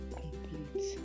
complete